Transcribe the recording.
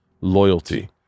loyalty